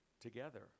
together